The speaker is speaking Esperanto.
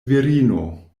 virino